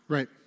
Right